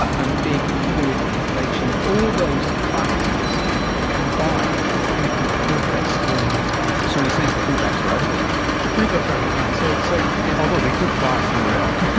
and a big fluid population. and all of those factors have combined to make a kind of perfect storm for this virus to spread. so in a sense the fruit bats are out of it now. the fruit bats are out of it now. so so although they could fly somewhere else.